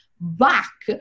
back